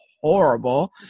horrible